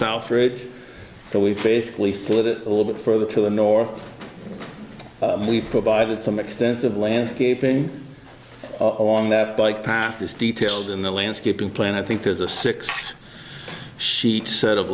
south ridge and we've basically slid it a little bit further to the north we provided some extensive landscaping along that bike path is detailed in the landscaping plan i think there's a six sheet set